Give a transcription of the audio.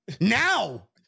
Now